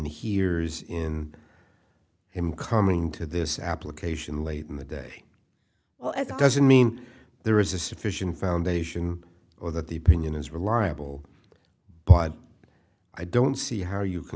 hears in him coming to this application late in the day well as it doesn't mean there is a sufficient foundation or that the opinion is reliable but i don't see how you can